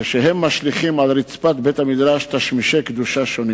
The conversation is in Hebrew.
כשהם משליכים על רצפת בית-המדרש תשמישי קדושה שונים.